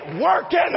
working